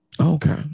Okay